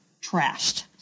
trashed